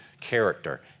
character